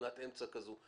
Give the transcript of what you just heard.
תמונת אמצע כזו,